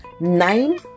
nine